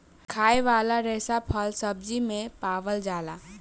खाए वाला रेसा फल, सब्जी सब मे पावल जाला